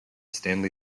stanley